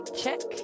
check